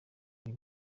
iri